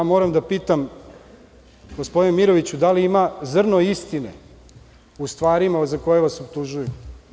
Moram da pitam - gospodine Miroviću, da li ima zrno istine u stvarima za koje vas optužuju?